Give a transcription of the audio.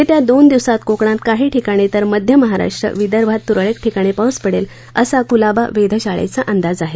येत्या दोन दिवसात कोकणात काही ठिकाणी तर मध्य महाराष्ट्र विदर्भात तुरळक ठिकाणी पाऊस पडेल असा कुलाबा वेधशाळेचा अंदाज आहे